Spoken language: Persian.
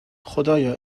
خدایا